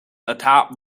atop